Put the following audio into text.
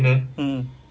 mmhmm